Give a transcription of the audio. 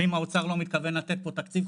ואם האוצר לא מתכוון לתת תקציב,